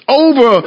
over